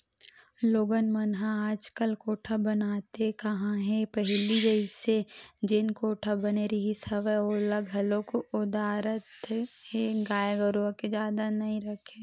लोगन मन ह आजकल कोठा बनाते काँहा हे पहिली जइसे जेन कोठा बने रिहिस हवय ओला घलोक ओदरात हे गाय गरुवा के जादा नइ रखे ले